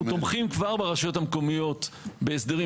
אנחנו תומכים כבר ברשויות המקומיות בהסדרים.